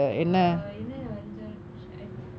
uh என்ன வரைஜானு:enna varainjaanu I